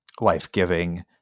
life-giving